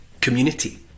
community